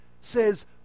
says